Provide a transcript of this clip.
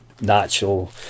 natural